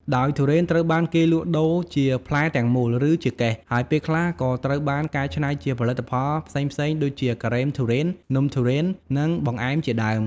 ដោយទុរេនត្រូវបានគេលក់ដូរជា ផ្លែទាំងមូល ឬ ជាកេស ហើយពេលខ្លះក៏ត្រូវបាន កែច្នៃជាផលិតផលផ្សេងៗ ដូចជាការ៉េមទុរេន នំទុរេន និងបង្អែមជាដើម។